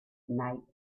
night